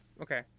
Okay